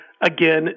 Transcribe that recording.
again